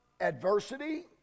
adversity